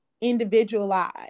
individualized